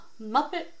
Muppet